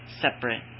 separate